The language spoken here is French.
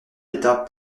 d’état